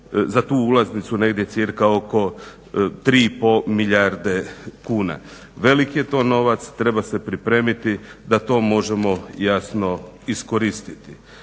za tu ulaznicu negdje cca oko 3,5 milijarde kuna. Velik je to novac, treba se pripremiti da to možemo iskoristiti.